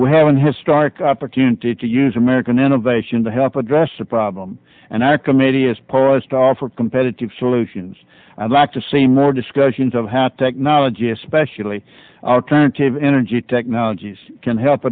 we have an historic opportunity to use american innovation to help address the problem and our committee is poised to offer competitive solutions i'd like to see more discussions of how technology especially alternative energy technologies can help